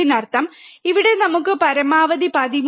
അതിനർത്ഥം ഇവിടെ നമുക്ക് പരമാവധി 13